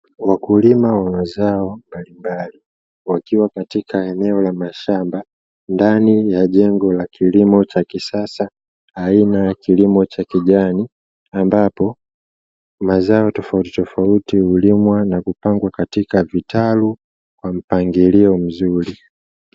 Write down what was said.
Wakulima wa mazao mbalimbali wakiwa katika eneo la mashamba, ndani ya jengo la kilimo cha kisasa aina ya kilimo cha kijani ambapo mazao ya aina tofauti tofauti hulimwa na kupandwa katika vitalu kwa mpangilio mzuri.